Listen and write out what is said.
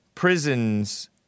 Prisons